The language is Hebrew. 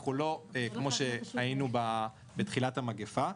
אנחנו לא כמו שהיינו בתחילת המגיפה.